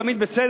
ולא תמיד בצדק.